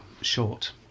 Short